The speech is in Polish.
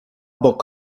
bok